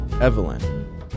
Evelyn